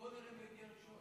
בואו נראה מי מגיע ראשון.